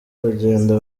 urugendo